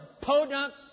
podunk